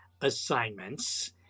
assignments